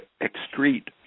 excrete